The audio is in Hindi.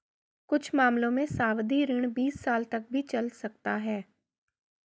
कुछ मामलों में सावधि ऋण तीस साल तक भी चल सकता है